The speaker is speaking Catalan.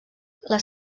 les